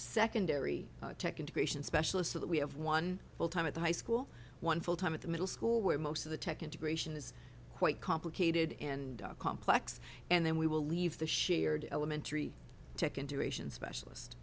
secondary tech integration specialist so that we have one full time at the high school one full time at the middle school where most of the tech integration is quite complicated and complex and then we will leave the shared elementary tech integration specialist